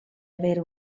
avere